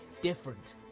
different